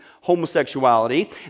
homosexuality